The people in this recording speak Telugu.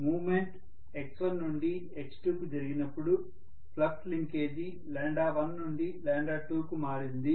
మూమెంట్ x1 నుంచి x2 కు జరిగినప్పుడు ఫ్లక్స్ లింకేజీ 1 నుండి 2 కు మారింది